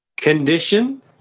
Condition